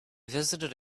visited